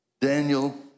Daniel